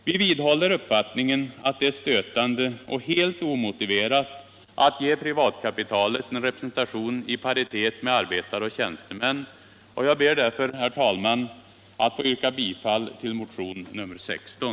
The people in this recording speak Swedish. Vi vidhåller uppfattningen att det är stötande och helt omotiverat att ge privatkapitalet en representation i paritet med arbetare och tjänstemän. Jag ber därför, herr talman, att få yrka bifall till motionen 16.